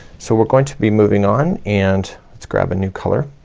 so we're going to be moving on and let's grab a new color.